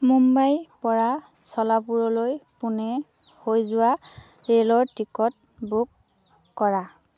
মুম্বাইৰপৰা চলাপুৰলৈ পুনে হৈ যোৱা ৰে'লৰ টিকট বুক কৰা